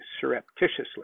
surreptitiously